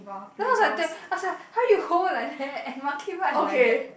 there I was like I was like !huh! you hold like that and Monkey Bar is like that